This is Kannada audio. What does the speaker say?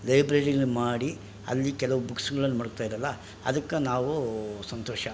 ಲೈಬ್ರರಿಗಳನ್ನು ಮಾಡಿ ಅಲ್ಲಿ ಕೆಲವು ಬುಕ್ಸ್ಗಳನ್ನು ಮಡಗ್ತಾ ಇದ್ದರಲ್ಲ ಅದಕ್ಕೆ ನಾವು ಸಂತೋಷ